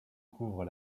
couvrent